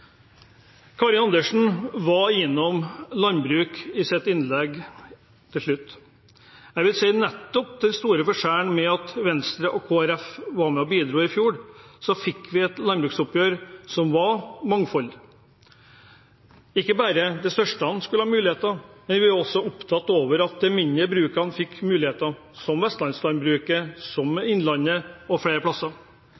Karin Andersen var innom landbruk i sitt innlegg til slutt. At Venstre og Kristelig Folkeparti var med og bidro i fjor, gjorde nettopp den store forskjellen med at vi fikk et landbruksoppgjør som var mangfoldig. Ikke bare de største skulle ha muligheter, men vi var også opptatt av at de mindre brukene fikk muligheter – som vestlandslandbruket, som innlandet og flere